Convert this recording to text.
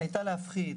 הייתה להפחית